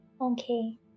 Okay